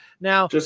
now